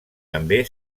també